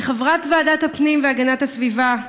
כחברת ועדת הפנים והגנת הסביבה,